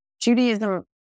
Judaism